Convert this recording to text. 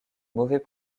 mauvais